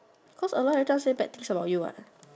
cause Aloy every time say bad things about you what